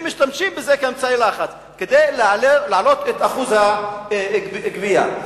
הם משתמשים בזה כאמצעי לחץ כדי להעלות את שיעור הגבייה.